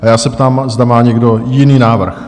Já se ptám, zda má někdo jiný návrh?